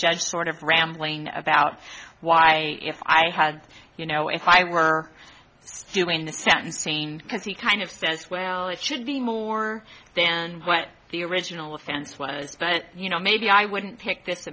judge sort of rambling about why if i had you know if i were doing the sentencing because he kind of says well it should be more than what the original offense was but you know maybe i wouldn't pick this